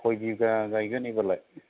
खय बिगा गायगोन एबारलाय